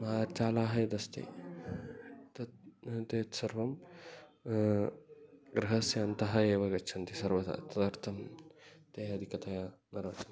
मार्जालाः यदस्ति तत् ते सर्वं गृहस्य अन्ते एव गच्छन्ति सर्वदा तदर्थं ते अधिकतया न रोचते